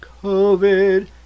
COVID